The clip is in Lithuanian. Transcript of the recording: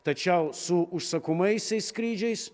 tačiau su užsakomaisiais skrydžiais